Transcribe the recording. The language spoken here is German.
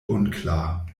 unklar